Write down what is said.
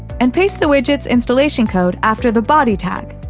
and paste the widget's installation code after the body tag.